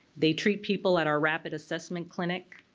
they treat people at our rapid assessment clinic,